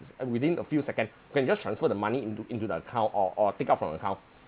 and within a few second can just transfer the money into into the account or or take out from your account